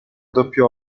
doppio